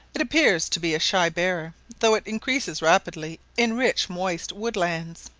it appears to be a shy bearer, though it increases rapidly in rich moist woodlands.